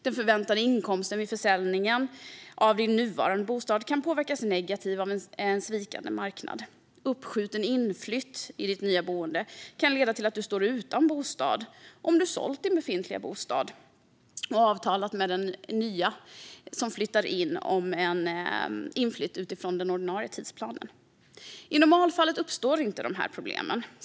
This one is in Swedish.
Den förväntade inkomsten vid försäljningen av din nuvarande bostad kan påverkas negativt av en vikande marknad. Uppskjuten inflytt i ditt nya boende kan leda till att du står utan bostad om du sålt din befintliga bostad och avtalat med den nya som flyttar in om inflytt utifrån ordinarie tidsplan. Riksrevisionens rapport om konsument-skydd vid köp av nyproducerade bostadsrätter I normalfallet uppstår inte dessa problem.